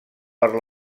per